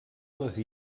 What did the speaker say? les